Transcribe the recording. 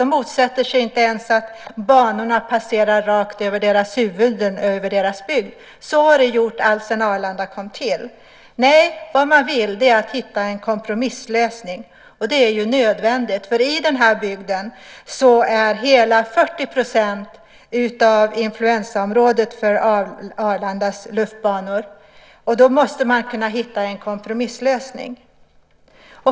De motsätter sig inte ens att banorna passerar rakt över deras huvuden, över deras bygd. Så har det varit alltsedan Arlanda kom till. Nej, vad man vill är att hitta en kompromisslösning, och det är nödvändigt. I den här bygden hör nämligen hela 40 % till influensområdet för Arlandas luftbanor. Då måste man kunna hitta en kompromisslösning.